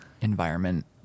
environment